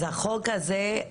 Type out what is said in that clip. אז החוק הזה,